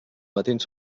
matins